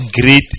great